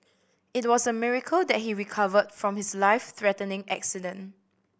it was a miracle that he recovered from his life threatening accident